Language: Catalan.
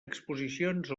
exposicions